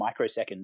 microseconds